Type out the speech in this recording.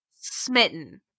smitten